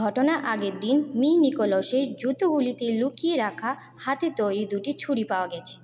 ঘটনা আগের দিন নি নিকোলসের জুতোগুলিতে লুকিয়ে রাখা হাতে তৈরি দুটি ছুরি পাওয়া গেছে